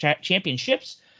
championships